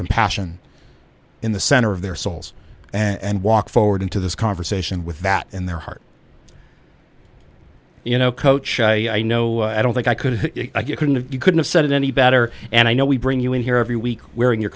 compassion in the center of their souls and walk forward into this conversation with that in their heart you know coach i know i don't think i could you couldn't you couldn't have said it any better and i know we bring you in here every week wearing your